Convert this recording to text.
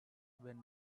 when